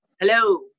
Hello